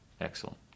Excellent